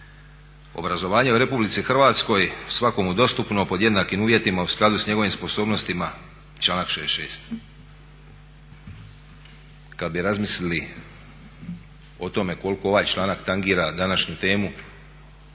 "Obrazovanje u Republici Hrvatskoj svakome dostupno pod jednakim uvjetima u skladu sa njegovim sposobnostima." Članak 66. Kad bi razmislili o tome koliko ovaj članak tangira današnju temu